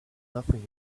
nothing